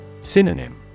Synonym